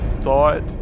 thought